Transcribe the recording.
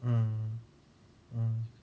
mm mm